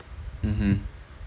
mmhmm